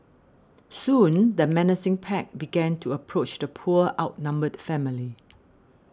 soon the menacing pack began to approach the poor outnumbered family